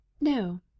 No